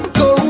go